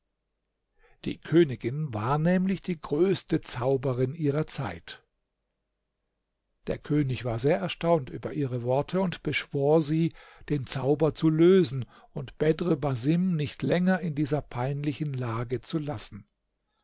die königin war nämlich die größte zauberin ihrer zeit der könig war sehr erstaunt über ihre worte und beschwor sie den zauber zu lösen und bedr basim nicht länger in dieser peinlichen lage zu lassen